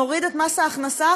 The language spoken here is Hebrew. נוריד את מס ההכנסה,